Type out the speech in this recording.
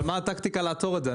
מה הטקטיקה לעצור את זה?